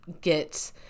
get